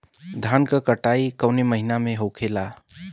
धान क कटाई कवने महीना में होखेला?